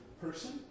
person